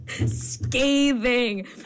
scathing